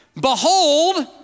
Behold